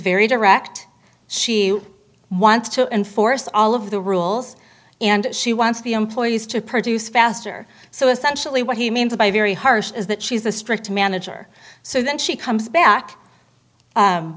very direct she wants to enforce all of the rules and she wants the employees to produce faster so essentially what he means by very harsh is that she's a strict manager so then she comes back